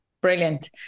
Brilliant